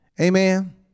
Amen